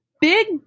big